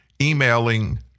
emailing